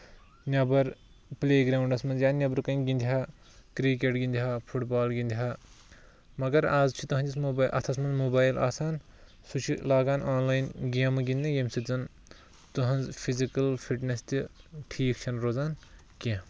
نیبر play grounds منٛز یا نیبرٕ کَنہِ گندِ ہا کِرکَٹ گندِ ہا فُٹ بال گندِ ہا مَگر آز چھُ تٔہندِس موبایل اَتھس منٛز موبایل آسان سُہ چھُ لگان آن لاین گیمہٕ گندنہِ ییٚمہِ سۭتۍ زَن تُہنز فِزِکل فِٹنیس تہِ ٹھیٖک چھےٚ نہٕ روزان کیٚنٛہہ